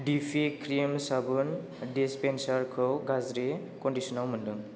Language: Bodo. डिपि क्रिम साबुन डिसपेन्सारखौ गाज्रि कन्डिसनाव मोन्दों